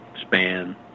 span